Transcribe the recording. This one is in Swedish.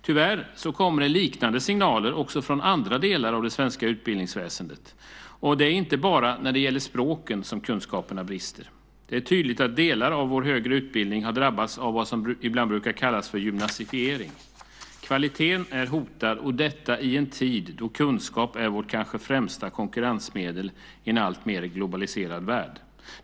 Tyvärr kommer liknande signaler också från andra delar av det svenska utbildningsväsendet - och det är inte bara när det gäller språken som kunskaperna brister. Det är tydligt att delar av vår högre utbildning har drabbats av vad som ibland brukar kallas "gymnasifiering". Kvaliteten är hotad - och detta i en tid då kunskap är vårt kanske främsta konkurrensmedel i en alltmer globaliserad värld.